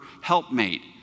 helpmate